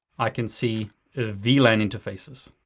i can see vlan interfaces.